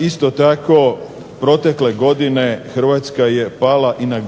Isto tako protekle godine Hrvatska je pala i na